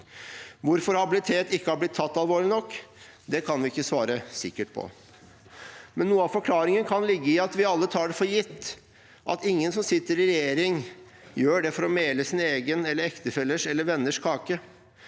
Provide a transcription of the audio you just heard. Hvorfor habilitet ikke har blitt tatt alvorlig nok, kan vi ikke svare sikkert på, men noe av forklaringen kan ligge i at vi alle tar for gitt at ingen som sitter i regjering, gjør det for å mele sin egen, ektefellens eller venners kake,